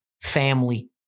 family